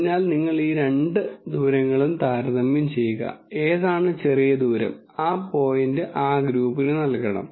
അതിനാൽ നിങ്ങൾ ഈ രണ്ട് ദൂരങ്ങളും താരതമ്യം ചെയ്യുക ഏതാണ് ചെറിയ ദൂരം ആ പോയിന്റ് ആ ഗ്രൂപ്പിന് നൽകണം